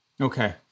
Okay